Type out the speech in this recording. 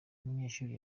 umunyeshuri